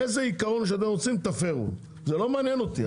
איזה עיקרון שאתם רוצים תפרו, זה לא מעניין אותי.